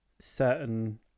certain